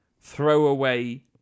throwaway